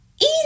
Eat